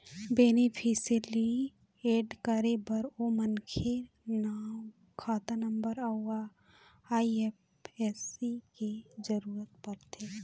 beneficiary add करे बर ओ मनखे के नांव, खाता नंबर अउ आई.एफ.एस.सी के जरूरत परथे